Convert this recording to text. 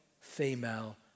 female